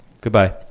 Goodbye